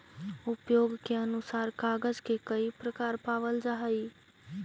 उपयोग के अनुसार कागज के कई प्रकार पावल जा हई